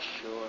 sure